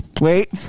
Wait